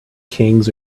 kings